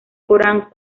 corán